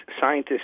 scientists